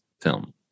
film